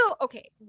okay